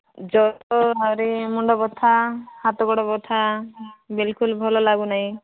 ଜର ଆହୁରି ମୁଣ୍ଡ ବଥା ହାତ ଗୋଡ଼ ବଥା ବିଲ୍କୁଲ୍ ଭଲ ଲାଗୁ ନାହିଁ